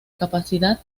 capacidad